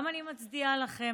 גם אני מצדיעה לכם.